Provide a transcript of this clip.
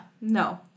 No